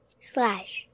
slash